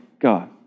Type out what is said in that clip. God